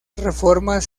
reformas